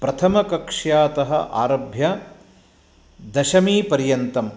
प्रथमकक्ष्यातः आरभ्य दशमीपर्यन्तं